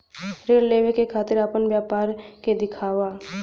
ऋण लेवे के खातिर अपना व्यापार के दिखावा?